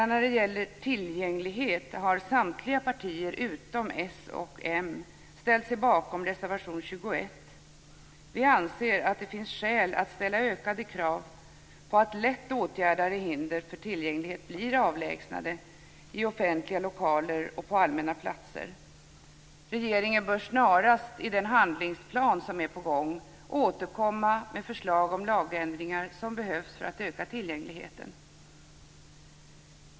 När det gäller tillgängligheten har samtliga partier utom Socialdemokraterna och Moderaterna ställt sig bakom reservation 21. Vi anser att det finns skäl att ställa ökade krav på att lätt åtgärdade hinder för tillgänglighet blir avlägsnade i offentliga lokaler och på allmänna platser. Regeringen bör snarast i den handlingsplan som är på gång återkomma med förslag om lagändringar som behövs för att öka tillgängligheten.